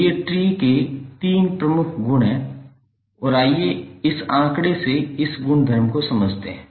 तो ये ट्री के तीन प्रमुख गुण हैं और आइए इस आंकड़े से इस गुणधर्म को समझते हैं